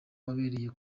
wabereye